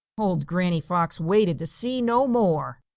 old granny fox waited to see no more.